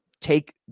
take